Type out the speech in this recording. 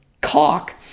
cock